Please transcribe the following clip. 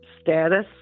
status